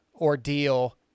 ordeal